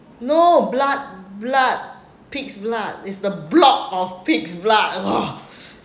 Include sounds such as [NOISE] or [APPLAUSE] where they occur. no blood blood pig's blood is the block of pig's blood [NOISE]